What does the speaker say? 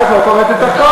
כשאת לא קוראת את החוק.